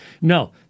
No